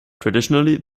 traditionally